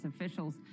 Officials